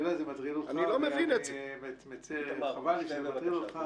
אני יודע שזה מטריד אותך וחבל לי שזה מטריד אותך.